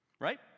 right